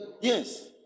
Yes